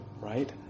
right